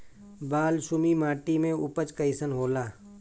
बालसुमी माटी मे उपज कईसन होला?